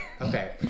okay